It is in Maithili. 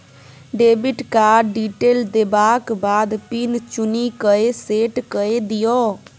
डेबिट कार्ड डिटेल देबाक बाद पिन चुनि कए सेट कए दियौ